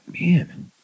man